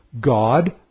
God